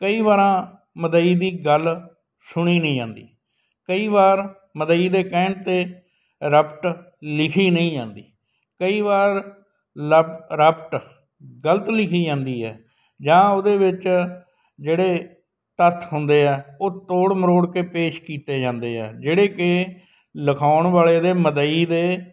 ਕਈ ਵਾਰਾਂ ਮਦਈ ਦੀ ਗੱਲ ਸੁਣੀ ਨਹੀਂ ਜਾਂਦੀ ਕਈ ਵਾਰ ਮਦਈ ਦੇ ਕਹਿਣ 'ਤੇ ਰਪਟ ਲਿਖੀ ਨਹੀਂ ਜਾਂਦੀ ਕਈ ਵਾਰ ਲਪ ਰਪਟ ਗਲਤ ਲਿਖੀ ਜਾਂਦੀ ਹੈ ਜਾਂ ਉਹਦੇ ਵਿੱਚ ਜਿਹੜੇ ਤੱਥ ਹੁੰਦੇ ਆ ਉਹ ਤੋੜ ਮਰੋੜ ਕੇ ਪੇਸ਼ ਕੀਤੇ ਜਾਂਦੇ ਆ ਜਿਹੜੇ ਕਿ ਲਿਖਾਉਣ ਵਾਲੇ ਦੇ ਮਦਈ ਦੇ